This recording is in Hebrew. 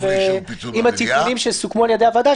עם התיקונים שסוכמו על ידי הוועדה,